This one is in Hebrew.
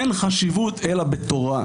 אומר: אין חשיבות אלא בתורה.